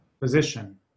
position